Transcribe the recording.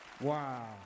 Wow